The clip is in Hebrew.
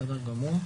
בסדר גמור.